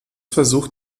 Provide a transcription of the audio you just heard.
versucht